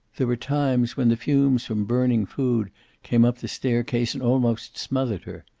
there were times when the fumes from burning food came up the staircase and almost smothered her.